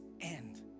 end